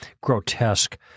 grotesque